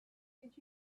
did